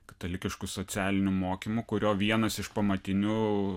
katalikišku socialiniu mokymu kurio vienas iš pamatinių